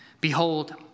Behold